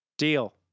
deal